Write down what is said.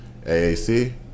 AAC